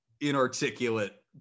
inarticulate